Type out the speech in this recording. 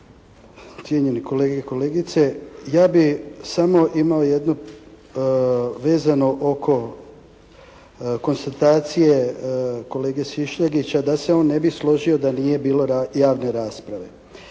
cijenjeni kolege i kolegice. Ja bih samo imao jedno vezano oko konstatacije kolege Šišljagića da se on ne bi složio da nije bilo javne rasprave.